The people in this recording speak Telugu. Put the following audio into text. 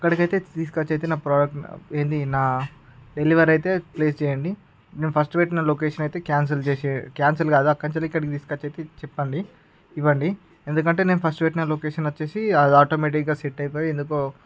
అక్కడికి అయితే తీసుకు వచ్చి అయితే నా ప్రోడక్ట్ ఏది నా డెలివరీ అయితే ప్లేస్ చేయండి నేను ఫస్ట్ పెట్టిన లొకేషన్ అయితే కాన్సెల్ చేసే కాన్సెల్ కాదు అక్కడి నుంచి ఇక్కడికి తీసుకువచ్చి అయితే చెప్పండి ఇవ్వండి ఎందుకంటే నేను ఫస్ట్ పెట్టిన లొకేషన్ వచ్చేసి అది ఆటోమేటిగ్గా సెట్ అయిపోయి ఎందుకో